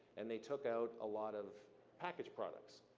and they took out a lot of packaged products.